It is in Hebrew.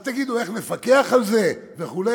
אז תגידו: איך נפקח על זה, וכו'.